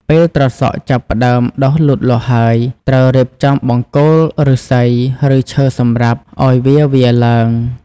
ពេលត្រសក់ចាប់ផ្តើមដុះលូតលាស់ហើយ ត្រូវរៀបចំបង្គោលឫស្សី ឬឈើសម្រាប់ឲ្យវាវារឡើង។